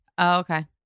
Okay